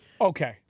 Okay